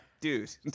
Dude